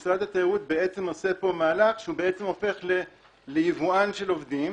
משרד התיירות עושה פה מהלך שהוא הופך ליבואן של עובדים,